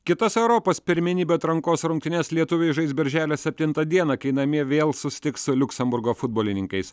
kitas europos pirmenybių atrankos rungtynes lietuviai žais birželio septintą dieną kai namie vėl susitiks su liuksemburgo futbolininkais